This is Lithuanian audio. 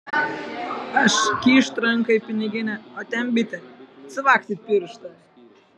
aš kyšt ranką į piniginę o ten bitė cvakt į pirštą